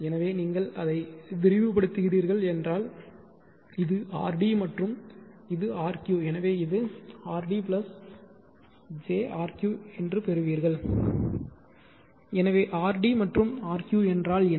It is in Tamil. எனவே நீங்கள் அதை விரிவுபடுத்துகிறீர்கள் என்றால் இது rd மற்றும் இது rq எனவே இது rd jrq என்று பெறுவீர்கள் எனவே rd மற்றும் rq என்றால் என்ன